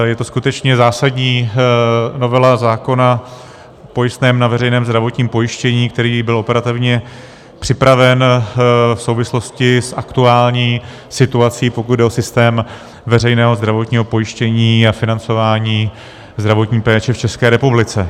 Je to skutečně zásadní novela zákona o pojistném na veřejné zdravotní pojištění, která byla operativně připravena v souvislosti s aktuální situací, pokud jde o systém veřejného zdravotního pojištění a financování zdravotní péče v České republice.